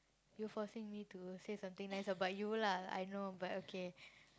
you forcing me to say something nice about you lah I know but okay